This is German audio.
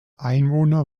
einwohner